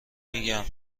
میگم